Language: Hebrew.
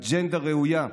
אג'נדה ראויה.